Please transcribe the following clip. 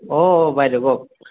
অঁ অঁ বাইদেউ কওক